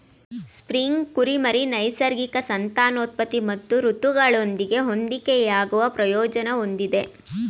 spring ಕುರಿಮರಿ ನೈಸರ್ಗಿಕ ಸಂತಾನೋತ್ಪತ್ತಿ ಮತ್ತು ಋತುಗಳೊಂದಿಗೆ ಹೊಂದಿಕೆಯಾಗುವ ಪ್ರಯೋಜನ ಹೊಂದಿದೆ